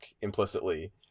implicitly